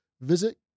visit